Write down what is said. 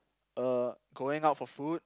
uh going out for food